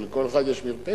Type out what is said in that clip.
או לכל אחד יש מרפסת.